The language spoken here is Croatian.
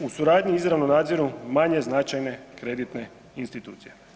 u suradnji izravno nadziru manje značajne kreditne institucije.